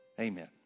Amen